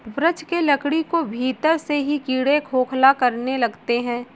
वृक्ष के लकड़ी को भीतर से ही कीड़े खोखला करने लगते हैं